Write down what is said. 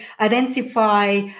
identify